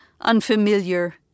unfamiliar